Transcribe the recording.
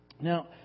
Now